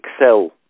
Excel